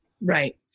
Right